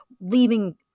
leaving